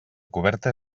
coberta